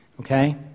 okay